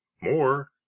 more